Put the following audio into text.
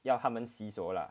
要他们洗手 lah